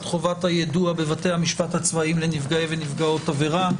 חובת היידוע בבתי המשפט הצבאיים לנפגעי ונפגעות עבירה.